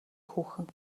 хүүхэн